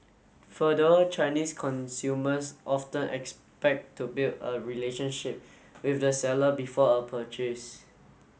further Chinese consumers often expect to build a relationship with the seller before a purchase